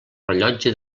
rellotge